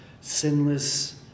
sinless